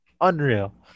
unreal